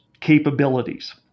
capabilities